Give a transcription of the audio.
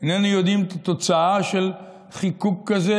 איננו יודעים את התוצאה של חיקוק כזה,